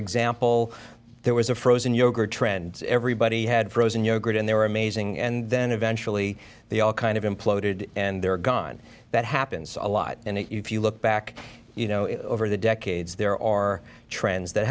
example there was a frozen yogurt trend everybody had frozen yogurt and they were amazing and then eventually they all kind of imploded and they're gone that happens a lot and if you look back you know over the decades there are trends that